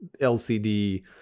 LCD